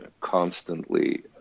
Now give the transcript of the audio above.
constantly